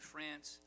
France